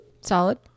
solid